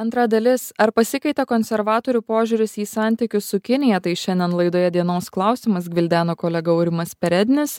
antra dalis ar pasikeitė konservatorių požiūris į santykius su kinija tai šiandien laidoje dienos klausimas gvildeno kolega aurimas perednis